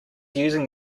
using